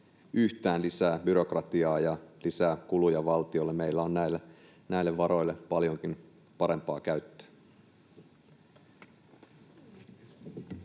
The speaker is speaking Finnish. yhtään lisää byrokratiaa ja lisää kuluja valtiolle. Meillä on näille varoille paljonkin parempaa käyttöä.